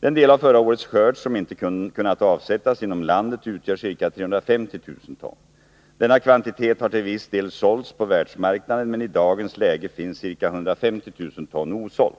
Den del av förra årets skörd som inte kunnat avsättas inom landet utgör ca 350 000 ton. Denna kvantitet har till viss del sålts på världsmarknaden men i dagens läge finns ca 150 000 ton osålt.